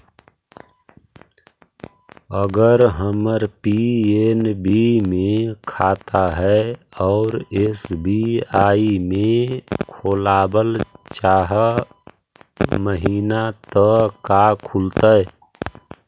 अगर हमर पी.एन.बी मे खाता है और एस.बी.आई में खोलाबल चाह महिना त का खुलतै?